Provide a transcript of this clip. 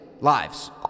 lives